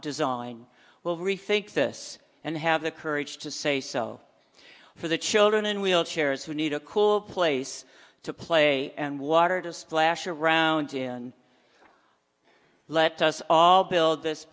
esign will rethink this and have the courage to say so for the children in wheelchairs who need a cool place to play and water to splash around in let us all build this